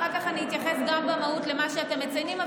אחר כך אני אתייחס גם במהות למה שאתם מציינים,